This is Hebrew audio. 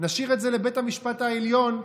נשאיר את זה לבית המשפט העליון,